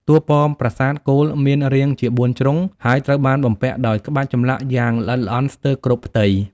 តួប៉មប្រាសាទគោលមានរាងជា បួនជ្រុង ហើយត្រូវបានបំពាក់ដោយក្បាច់ចម្លាក់យ៉ាងល្អិតល្អន់ស្ទើរគ្រប់ផ្ទៃ។